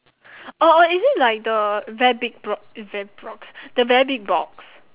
orh orh is it like the very big it's very the very big box